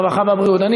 הרווחה והבריאות.